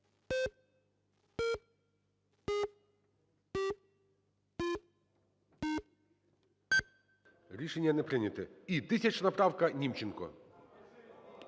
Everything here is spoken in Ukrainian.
Рішення не прийнято. І 1000 правка. Німченко.